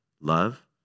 love